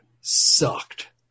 sucked